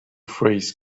phrase